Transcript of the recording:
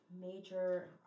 major